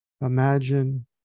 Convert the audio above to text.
Imagine